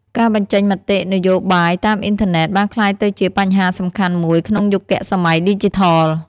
ការបញ្ចេញមតិនយោបាយតាមអ៊ីនធឺណិតបានក្លាយទៅជាបញ្ហាសំខាន់មួយក្នុងយុគសម័យឌីជីថល។